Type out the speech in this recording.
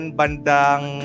bandang